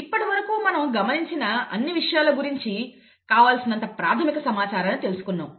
ఇప్పటివరకు మనం గమనించిన అన్ని విషయాల గురించి కావలసినంత ప్రాథమిక సమాచారాన్ని తెలుసుకున్నాము